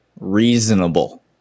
reasonable